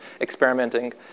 experimenting